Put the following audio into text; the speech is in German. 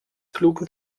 klugen